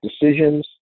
decisions